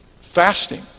fasting